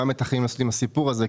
מה מתכננים לעשות עם הסיפור הזה?